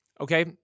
okay